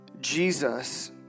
Jesus